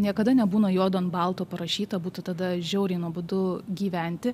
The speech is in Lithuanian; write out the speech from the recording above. niekada nebūna juodu ant balto parašyta būtų tada žiauriai nuobodu gyventi